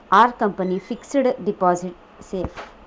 Are company fixed deposit safe?